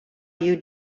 you